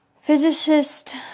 Physicist